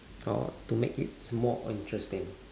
or to make its more interesting